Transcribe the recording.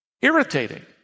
irritating